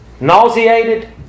Nauseated